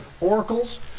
Oracles